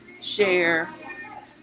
share